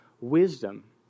wisdom